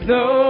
no